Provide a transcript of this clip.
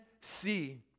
see